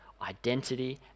identity